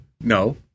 No